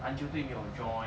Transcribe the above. until